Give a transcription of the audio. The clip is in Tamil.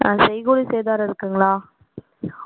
ஆ செய்கூலி சேதாரம் இருக்குங்களா